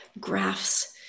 Graphs